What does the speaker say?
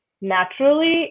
naturally